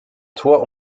tor